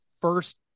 first